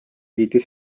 kiitis